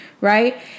right